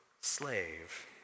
slave